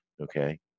okay